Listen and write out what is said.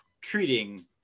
treating